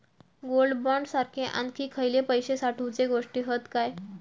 Gold bond सारखे आणखी खयले पैशे साठवूचे गोष्टी हत काय?